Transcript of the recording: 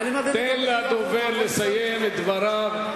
תן לדובר לסיים את דבריו.